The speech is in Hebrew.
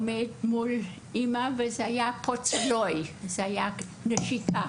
ילד עומד מול אימא וזה היה ציור עם נשיקה.